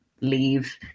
leave